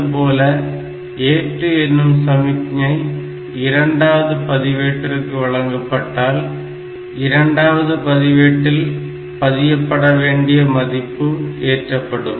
அதுபோல ஏற்று எனும் சமிக்ஞை இரண்டாவது பதிவேட்டிற்கு வழங்கப்பட்டால் இரண்டாவது பதிவேட்டில் பதியப்பட வேண்டிய மதிப்பு ஏற்றப்படும்